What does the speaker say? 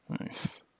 Nice